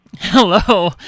Hello